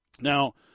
Now